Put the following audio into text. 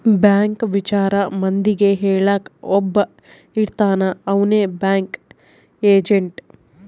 bank ವಿಚಾರ ಮಂದಿಗೆ ಹೇಳಕ್ ಒಬ್ಬ ಇರ್ತಾನ ಅವ್ನೆ ಬ್ಯಾಂಕ್ ಏಜೆಂಟ್